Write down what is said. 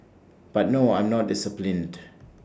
but no I'm not disciplined